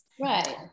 Right